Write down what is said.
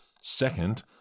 Second